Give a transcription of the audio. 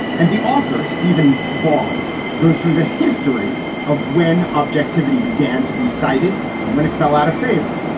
and the author stephen vaughn goes through the history of when objectivity began to be cited and when it fell out of favor.